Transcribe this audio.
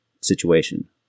situation